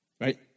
Right